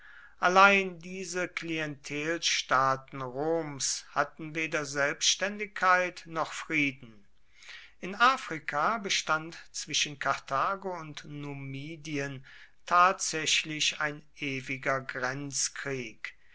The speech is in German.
allein diese klientelstaaten roms hatten weder selbständigkeit noch frieden in afrika bestand zwischen karthago und numidien tatsächlich ein ewiger